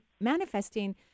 manifesting